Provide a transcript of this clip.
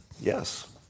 Yes